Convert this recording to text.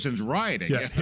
rioting